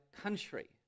country